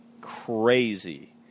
crazy